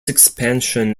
expansion